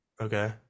Okay